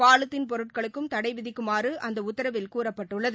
polythene பொருட்களுக்கும் தடை விதிக்குமாறு அந்த உத்தரவில் கூறப்பட்டுள்ளது